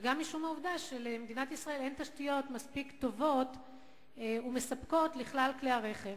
וגם משום שלמדינת ישראל אין תשתיות מספיק טובות ומספקות לכלל כלי הרכב.